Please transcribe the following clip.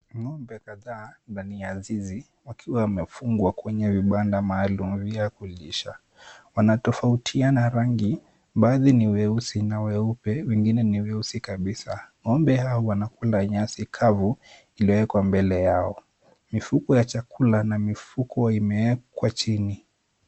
Ng'ombe kadhaa ndani ya zizi wakiwa wamefungwa kwenye vibanda maalum vya kulisha. Wanatofuatiana rangi baadhi ni weusi, na weupe na wengine ni weusi kabisa. Ng'ombe hawa wanakula nyasi kavu iliyowekwa mbele yao. Mifuko ya chakula na mifuko imewekwa chini.